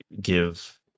give